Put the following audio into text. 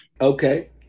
Okay